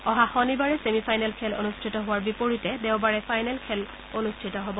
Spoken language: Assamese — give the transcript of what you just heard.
অহা শনিবাৰে ছেমি ফাইনেল খেল অনুষ্ঠিত হোৱাৰ বিপৰীতে দেওবাৰে ফাইনেল খেল অনুষ্ঠিত হ'ব